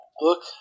Look